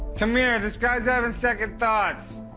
come here, this guy is having second thoughts.